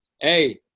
Hey